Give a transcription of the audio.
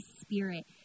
Spirit